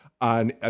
on